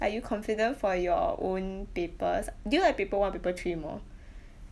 are you confident for your own papers do you like paper one or paper three more